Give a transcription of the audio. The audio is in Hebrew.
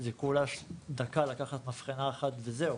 שזה רק דקה, לקחת מבחנה אחת וזהו,